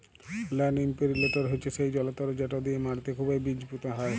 land ইমপিরিলটর হছে সেই জলতর্ যেট দিঁয়ে মাটিতে খুবই বীজ পুঁতা হয়